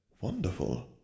Wonderful